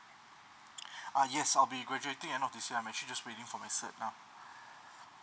ah yes I'll be graduating end of this year I'm actually just waiting for my cert now